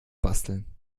basteln